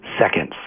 seconds